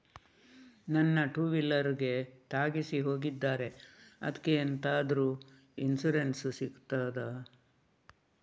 ನನ್ನ ಟೂವೀಲರ್ ಗೆ ತಾಗಿಸಿ ಹೋಗಿದ್ದಾರೆ ಅದ್ಕೆ ಎಂತಾದ್ರು ಇನ್ಸೂರೆನ್ಸ್ ಸಿಗ್ತದ?